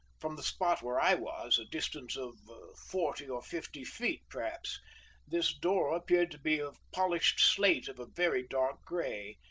from the spot where i was a distance of forty or fifty feet, perhaps this door appeared to be of polished slate of a very dark gray,